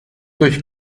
durch